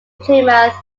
plymouth